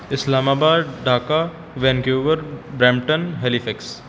Islamabad Dhaka Vancouver Brampton Halifax